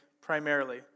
primarily